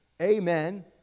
amen